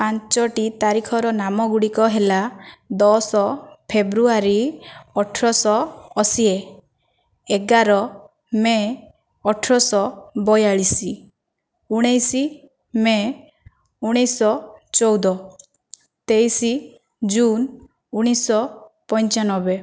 ପାଞ୍ଚଟି ତାରିଖର ନାମଗୁଡ଼ିକ ହେଲା ଦଶ ଫେବୃଆରୀ ଅଠରଶହ ଅଶି ଏଗାର ମେ' ଅଠରଶହ ବୟାଳିଶ ଉଣେଇଶ ମେ' ଉଣେଇଶଶହ ଚଉଦ ତେଇଶ ଜୁନ୍ ଉଣେଇଶଶହ ପଞ୍ଚାନବେ